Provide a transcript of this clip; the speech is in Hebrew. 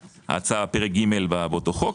פרק ג' באותו חוק,